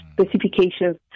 specifications